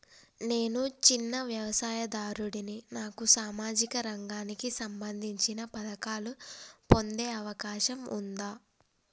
నేను చిన్న వ్యవసాయదారుడిని నాకు సామాజిక రంగానికి సంబంధించిన పథకాలు పొందే అవకాశం ఉందా?